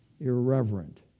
Irreverent